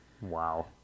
Wow